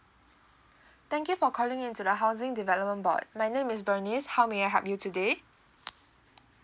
thank you for calling in to the housing development board my name is bernice how may I help you today